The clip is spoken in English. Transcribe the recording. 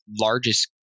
largest